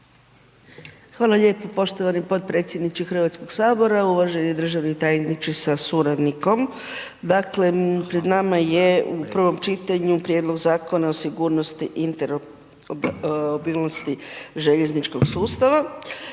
Hvala lijepo poštovani potpredsjedniče HS, uvaženi državni tajniče sa suradnikom, dakle pred nama je u prvom čitanju prijedlog Zakona o sigurnosti i interoperabilnosti željezničkog sustava,